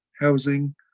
housing